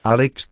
Alex